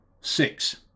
Six